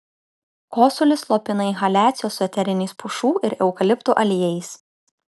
kosulį slopina inhaliacijos su eteriniais pušų ir eukaliptų aliejais